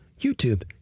YouTube